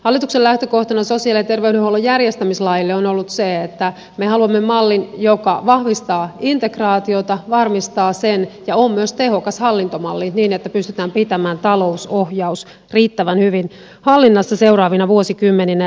hallituksen lähtökohtana sosiaali ja terveydenhuollon järjestämislaille on ollut se että me haluamme mallin joka vahvistaa integraatiota varmistaa sen ja on myös tehokas hallintomalli niin että pystytään pitämään talousohjaus riittävän hyvin hallinnassa seuraavina vuosikymmeninä